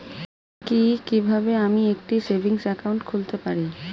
কি কিভাবে আমি একটি সেভিংস একাউন্ট খুলতে পারি?